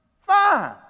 fine